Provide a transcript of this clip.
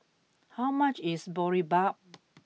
how much is Boribap